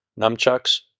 nunchucks